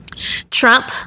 Trump